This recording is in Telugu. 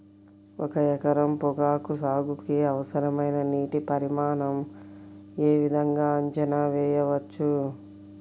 ఒక ఎకరం పొగాకు సాగుకి అవసరమైన నీటి పరిమాణం యే విధంగా అంచనా వేయవచ్చు?